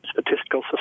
Statistical